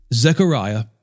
Zechariah